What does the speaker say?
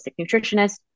nutritionist